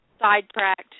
sidetracked